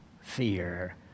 fear